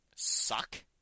suck